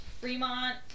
Fremont